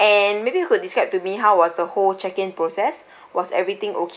maybe you could describe to me how was the whole check in process was everything okay